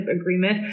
Agreement